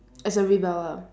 as a rebel ah